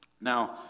Now